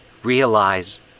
realize